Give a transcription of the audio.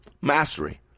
Mastery